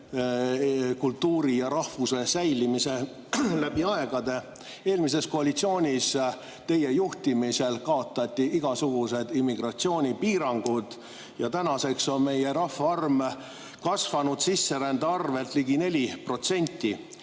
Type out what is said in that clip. kultuuri ja rahvuse säilimise läbi aegade. Eelmises koalitsioonis teie juhtimisel kaotati igasugused immigratsioonipiirangud ja tänaseks on meie rahvaarv kasvanud sisserände arvel ligi 4%.